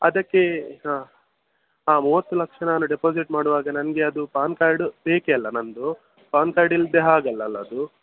ಅದಕ್ಕೆ ಮೂವತ್ತು ಲಕ್ಷ ನಾನು ಡೆಪಾಸಿಟ್ ಮಾಡುವಾಗ ನನಗೆ ಅದು ಪಾನ್ ಕಾರ್ಡ್ ಬೇಕೇ ಅಲ್ವಾ ನನ್ನದು ಪಾನ್ ಕಾರ್ಡ್ ಇಲ್ಲದೆ ಆಗಲ್ಲ ಅಲ್ವಾ ಅದು